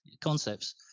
concepts